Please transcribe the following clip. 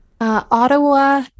Ottawa